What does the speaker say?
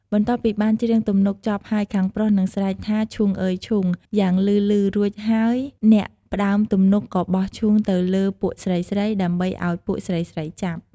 បន្ទាប់ពីបានច្រៀងទំនុកចប់ហើយ ខាងប្រុសនឹង ស្រែកថា «ឈូងអឺយឈូង!» យ៉ាងលឺៗ រួចហើយ អ្នកផ្ដើមទំនុកក៏បោះឈូងទៅលើពួកស្រីៗ ដើម្បីឲ្យ ពួកស្រីៗចាប់។